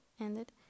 ended